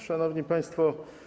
Szanowni Państwo!